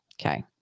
Okay